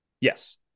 Yes